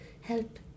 help